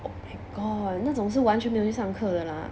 oh my god 那种是完全没有上课的 lah